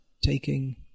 taking